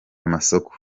amasoko